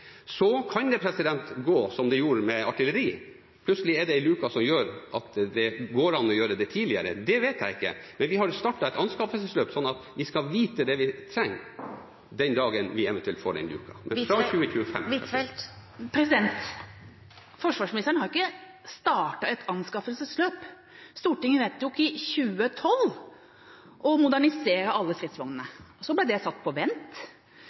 Så kan det gå som det gjorde med artilleri. Plutselig er det en luke som gjør at det går an å gjøre det tidligere. Det vet jeg ikke, men vi har startet et anskaffelsesløp sånn at vi skal vite hva vi trenger den dagen vi eventuelt får den luken, men fra 2025. Forsvarsministeren har jo ikke startet et anskaffelsesløp. Stortinget vedtok i 2012 å modernisere alle stridsvognene. Så ble det satt på vent.